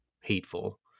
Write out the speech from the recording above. hateful